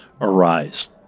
arise